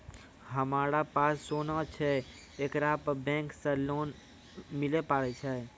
हमारा पास सोना छै येकरा पे बैंक से लोन मिले पारे छै?